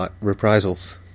reprisals